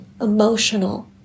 emotional